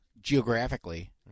geographically